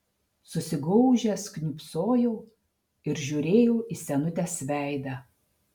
susigaužęs kniūbsojau ir žiūrėjau į senutės veidą